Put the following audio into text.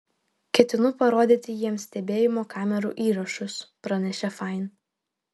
ketinu parodyti jiems stebėjimo kamerų įrašus pranešė fain